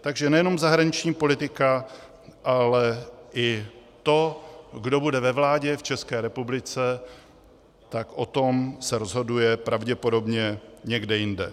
Takže nejenom zahraniční politika, ale i to, kdo bude ve vládě v České republice, tak o tom se rozhoduje pravděpodobně někde jinde.